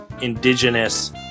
indigenous